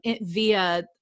via